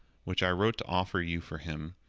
which i wrote to offer you for him,